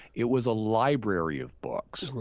it was a library of books.